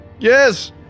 Yes